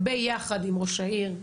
ביחד עם ראש העיר,